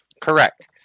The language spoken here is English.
Correct